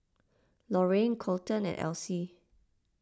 Lorayne Kolten and Elsie